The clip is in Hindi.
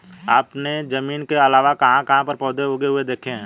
आपने जमीन के अलावा कहाँ कहाँ पर पौधे उगे हुए देखे हैं?